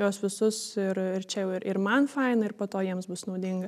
juos visus ir ir čia jau ir man faina ir po to jiems bus naudinga